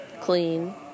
Clean